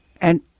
and-